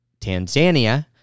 Tanzania